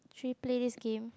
should we play this game